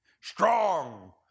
strong